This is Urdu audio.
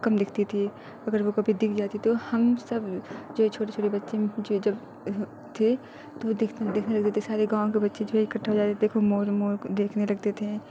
کم دکھتی تھی اگر وہ کبھی دکھ جاتی تو ہم سب جو چھوٹے چھوٹے بچے جو جب تھے تو وہ دیکھنے دیکھنے لگ جاتے تھے سارے گاؤں کے بچے جو ہے اکٹھا ہو جاتے تھے دیکھو مور مور دیکھنے لگتے تھے